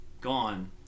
gone